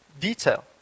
detail